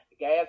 Gas